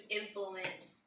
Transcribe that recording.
influence